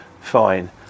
fine